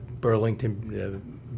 Burlington